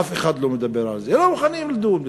אף אחד לא מדבר על זה, לא מוכנים לדון בזה.